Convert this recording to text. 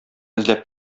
эзләп